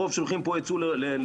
הרוב שולחים פה לרוסיה,